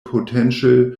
potential